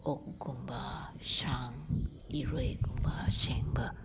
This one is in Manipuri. ꯑꯣꯛꯀꯨꯝꯕ ꯁꯟ ꯏꯔꯣꯏꯒꯨꯝꯕ ꯁꯦꯡꯕ